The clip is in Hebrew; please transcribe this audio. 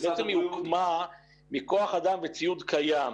בעצם היא הוקמה מכוח-אדם וציוד קיים.